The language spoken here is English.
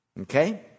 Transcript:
Okay